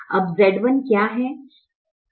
अब Z1 क्या है